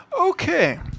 okay